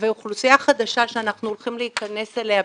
ואוכלוסייה חדשה שאנחנו הולכים להיכנס אליה,